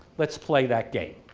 let's play that game.